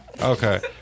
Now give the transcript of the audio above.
Okay